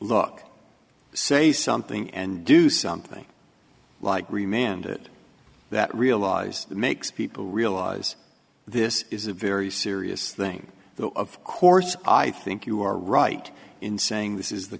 look say something and do something like remained it that realize it makes people realize this is a very serious thing though of course i think you are right in saying this